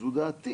זו דעתי